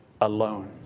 alone